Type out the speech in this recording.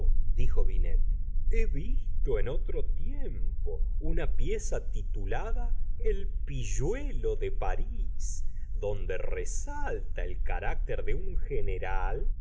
dijo binct he visto en otro tiempo una pieza ti tu lada el p illuelo de paris donde resalta el carácter de un general